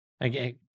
again